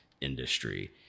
industry